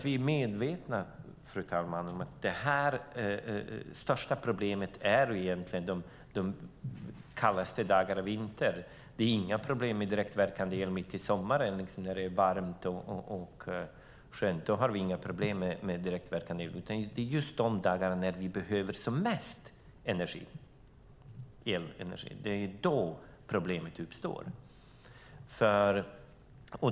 Vi är medvetna om att det största problemet är de kallaste dagarna på vintern. Det är inga problem med direktverkande el mitt i sommaren när det är varmt och skönt. Då har vi inga problem med direktverkande el. Det är de dagar som vi behöver mest elenergi som problemet uppstår.